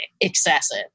excessive